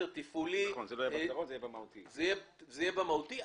זה יהיה במהותי.